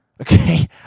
Okay